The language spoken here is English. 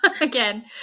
Again